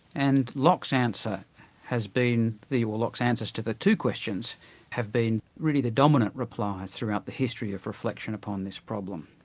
and locke's answer has been well, locke's answers to the two questions have been really the dominant replies throughout the history of reflection upon this problem.